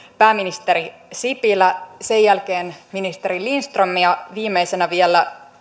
pääministeri sipilä sen jälkeen ministeri lindström ja viimeisenä vielä